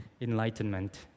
enlightenment